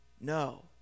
no